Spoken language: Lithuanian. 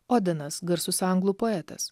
odinas garsus anglų poetas